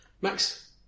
Max